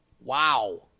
Wow